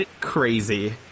crazy